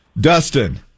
dustin